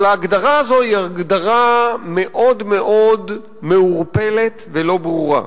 אבל ההגדרה הזאת היא הגדרה מאוד מעורפלת ולא ברורה.